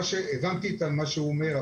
הבנתי את מה שהוא אומר,